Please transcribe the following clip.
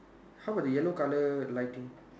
how about the yellow colour lighting